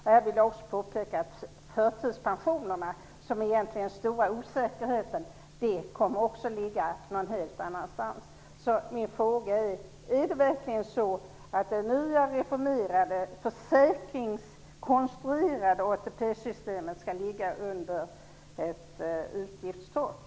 Jag vill också påpeka att förtidspensionerna, som det egentligen råder stor osäkerhet om, också kommer att ligga någon helt annanstans. Min fråga blir: Är det verkligen så att det nya reformerade konstruerade ATP-systemet skall ligga under ett utgiftstak?